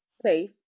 safe